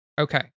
okay